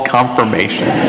Confirmation